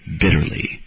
bitterly